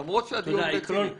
למרות שהדיון רציני.